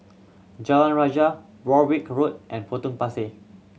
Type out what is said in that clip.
Jalan Rajah Warwick Road and Potong Pasir